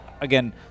again